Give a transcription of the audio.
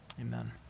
Amen